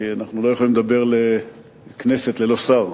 כי אנחנו לא יכולים לדבר לכנסת ללא שר.